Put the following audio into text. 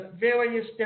various